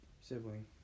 sibling